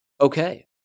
Okay